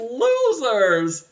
losers